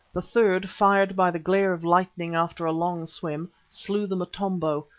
the third, fired by the glare of lightning after a long swim, slew the motombo,